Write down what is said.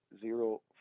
zero